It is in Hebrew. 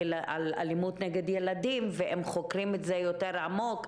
אלימות נגד ילדים ואם חוקרים את זה יותר עמוק,